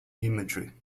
imagery